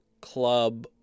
club